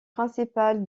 principal